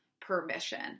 permission